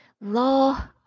law